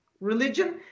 religion